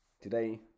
Today